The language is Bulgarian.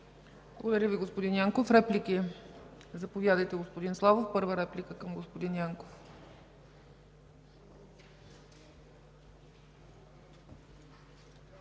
Благодаря Ви, господин Янков. Реплики? Заповядайте, господин Славов – първа реплика към господин Янков.